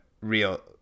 real